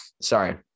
Sorry